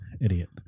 Idiot